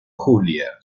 julia